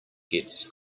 gets